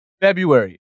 February